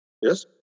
Yes